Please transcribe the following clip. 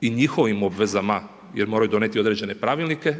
i njihovim obvezama jer moraju donijeti određene pravilnike.